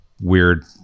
weird